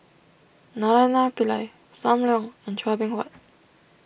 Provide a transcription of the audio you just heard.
Naraina Pillai Sam Leong and Chua Beng Huat